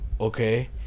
okay